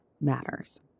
matters